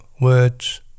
words